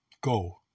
Go